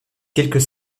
quelques